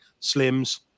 Slims